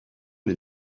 les